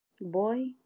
Boy